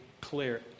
clear